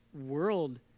world